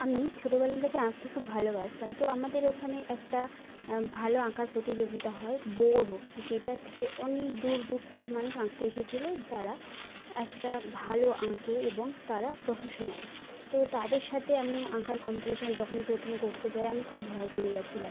আমি ছোটোবেলা থেকে আঁকতে খুব ভালোবাসতাম তো আমাদের ওখানে একটা ভালো আঁকার প্রতিযোগিতা হয় বড়ো যেটা থেকে অনেক দূর দূর থেকে মানুষ আঁকতে এসেছিলো যারা একটা ভালো আঁকে এবং তারা প্রফেশনাল তো তাদের সাথে আমি আঁকার কম্পিটিশান যখন প্রথম করতে যাই আমি খুব ভয় পেয়ে গেছিলাম